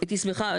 הייתי שמחה,